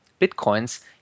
bitcoins